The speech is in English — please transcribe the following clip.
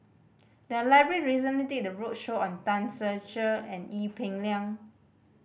the library recently did a roadshow on Tan Ser Cher and Ee Peng Liang